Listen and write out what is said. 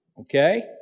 okay